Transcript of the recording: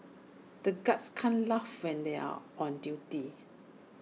the guards can't laugh when they are on duty